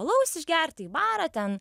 alaus išgert į barą ten